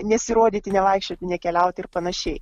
nesirodyti nevaikščioti nekeliauti ir panašiai